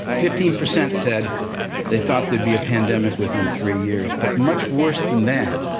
fifteen percent said they thought there'd be a pandemic within three years. but much worse than that,